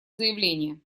заявление